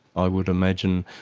i would imagine,